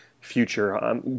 future